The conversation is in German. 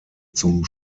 zum